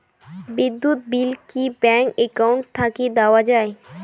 বিদ্যুৎ বিল কি bank account থাকি দেওয়া য়ায়?